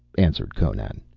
answered conan.